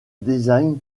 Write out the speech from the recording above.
design